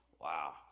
wow